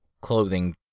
clothing